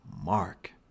mark